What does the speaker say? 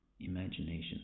Imagination